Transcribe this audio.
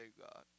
God